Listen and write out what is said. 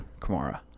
Kamara